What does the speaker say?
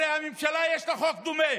הרי הממשלה, יש לה חוק דומה.